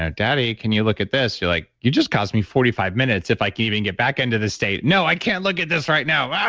ah daddy, can you look at this? you're like, you just asked me forty five minutes if i could even get back into the state. no, i can't look at this right now.